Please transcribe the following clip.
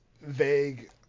vague